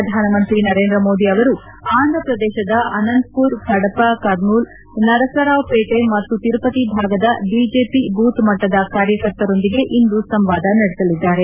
ಪ್ರಧಾನಮಂತ್ರಿ ನರೇಂದ್ರ ಮೋದಿ ಅವರು ಆಂಧಪ್ರದೇಶದ ಅನಂತಮರ್ ಕಡಪ ಕರ್ನೂಲ್ ನರಸರಾವ್ ಪೇಟೆ ಮತ್ತು ತಿರುಪತಿ ಭಾಗದ ಬಿಜೆಪಿ ಬೂತ್ ಮಟ್ಟದ ಕಾರ್ಯಕರ್ತರೊಂದಿಗೆ ಇಂದು ಸಂವಾದ ನಡೆಸಲಿದ್ದಾರೆ